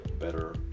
better